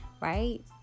right